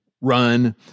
run